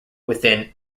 within